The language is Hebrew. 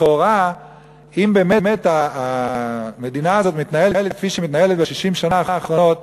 לכאורה אם באמת המדינה הזאת מתנהלת כפי שהיא מתנהלת ב-60 השנה האחרונות,